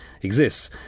exists